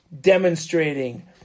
demonstrating